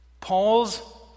Paul's